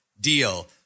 deal